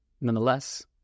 Nonetheless